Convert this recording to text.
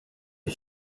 les